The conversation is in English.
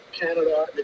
Canada